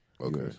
Okay